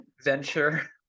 venture